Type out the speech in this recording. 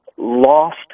lost